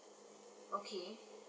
okay